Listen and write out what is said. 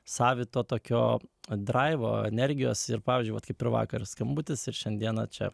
savito tokio draivo energijos ir pavyzdžiui vat kaip ir vakar skambutis ir šiandieną čia